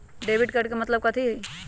Debit card के मतलब कथी होई?